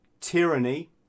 tyranny